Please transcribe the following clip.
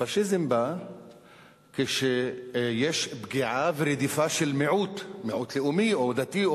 הפאשיזם בא כשיש פגיעה ורדיפה של מיעוט לאומי או דתי,